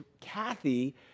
Kathy